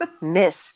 Missed